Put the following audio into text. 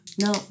No